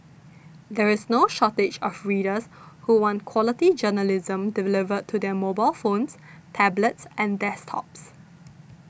there is no shortage of readers who want quality journalism delivered to their mobile phones tablets and desktops